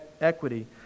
equity